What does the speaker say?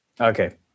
Okay